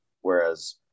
Whereas